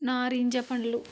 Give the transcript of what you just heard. నాారింజ పండ్లు